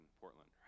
Portland